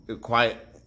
quiet